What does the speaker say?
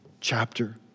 chapter